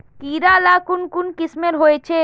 कीड़ा ला कुन कुन किस्मेर होचए?